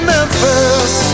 Memphis